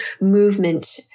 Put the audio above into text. movement